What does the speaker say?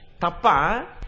Tapa